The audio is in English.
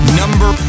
number